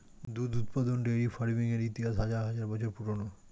দুধ উৎপাদন dairy farming এর ইতিহাস হাজার হাজার বছর পুরানো